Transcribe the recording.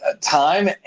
time